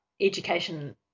education